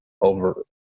over